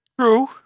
True